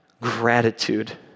gratitude